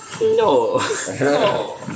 No